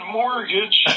mortgage